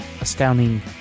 astounding